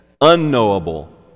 unknowable